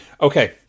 Okay